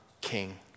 king